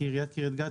כי עיריית קריית גת,